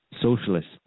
socialist